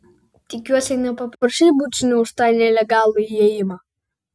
tikiuosi nepaprašei bučinio už tą nelegalų įėjimą